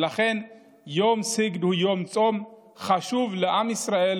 ולכן יום סיגד הוא יום צום חשוב לעם ישראל,